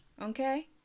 okay